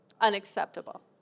unacceptable